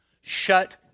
Shut